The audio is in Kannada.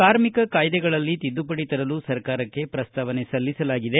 ಕಾರ್ಮಿಕ ಕಾಯ್ದೆಗಳಲ್ಲಿ ತಿದ್ದುಪಡಿ ತರಲು ಸರ್ಕಾರಕ್ಕೆ ಪ್ರಸ್ತಾವನೆ ಸಲ್ಲಿಸಲಾಗಿದೆ